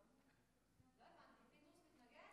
לא הבנתי, פינדרוס מתנגד?